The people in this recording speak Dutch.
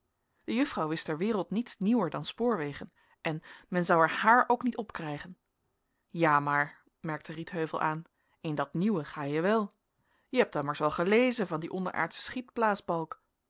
juffrouw wist ter wereld niets nieuwer dan spoorwegen en men zou er haar ook niet opkrijgen ja maar merkte rietheuvel aan in dat nieuwe ga je wèl je hebt ommers wel gelezen van dien onderaardschen schietblaasbalk